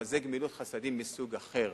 אבל זאת גמילות חסדים מסוג אחר,